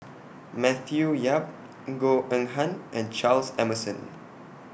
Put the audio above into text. Matthew Yap Goh Eng Han and Charles Emmerson